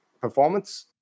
performance